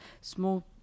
small